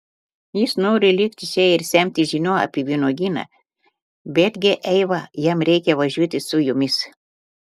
jis nori likti čia ir semtis žinių apie vynuogyną betgi eiva jam reikia važiuoti su jumis